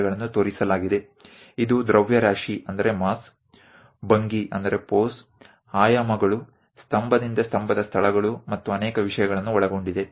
ઘણી વધુ આંતરિક વિગતો મધ્યમાં બતાવવામાં આવેલ હોવા છતાં આ જટિલ વસ્તુ છે તેમાં માસ બનાવવાની ઢબ પરિમાણો દરેક આધાર સ્તંભ ની જગ્યા નિર્ધારણ સ્થળો અને ઘણી વસ્તુઓ સામેલ છે